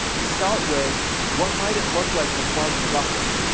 start with what might it look like to plug the bucket?